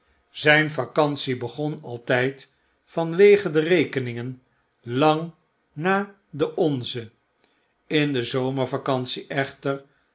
zyn vacantie begon altyd vanwege de rekeningen jang na de onze in de zomervacantie echter